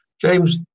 James